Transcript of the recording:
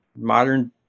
Modern